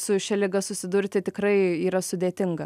su šia liga susidurti tikrai yra sudėtinga